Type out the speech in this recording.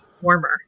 warmer